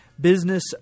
business